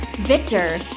Victor